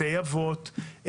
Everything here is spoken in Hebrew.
בתי אבות,